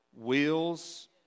wheels